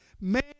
man